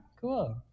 cool